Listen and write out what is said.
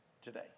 today